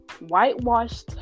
whitewashed